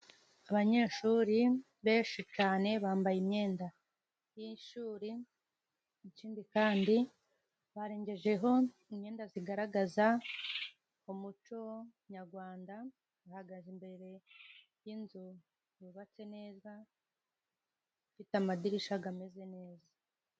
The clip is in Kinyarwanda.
Abanyeshuri benshi cane bambaye imyenda y'ishuri, ikindi kandi barengejeho imyenda zigaragaza umuco nyagwanda, bahagaze imbere y'inzu yubatse neza, ifite amadirisha gameze neza.